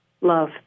love